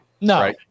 No